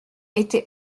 était